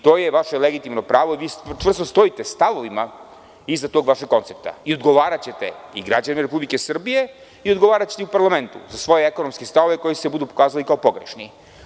To je vaše legitimno pravo i čvrsto stojite stavovima iza tog vašeg koncepta i odgovaraćete i građanima Srbije i parlamentu za svoje ekonomske stavove koji će se pokazati kao pogrešni.